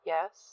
Yes